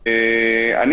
--- במשטרה.